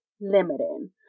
limiting